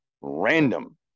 random